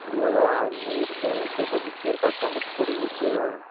ಇವಾಗಾ ನೀರ್ದು ಸ್ವಲ್ಪ ಬಿಸ್ನೀರು ಕಾಸ್ಕೊಂಬುಟ್ಟು ಕುಡಿದ್ಬುಟ್ಟೂ